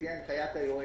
לפי הנחיית היועץ,